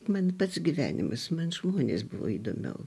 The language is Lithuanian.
man pats gyvenimas man žmonės buvo įdomiau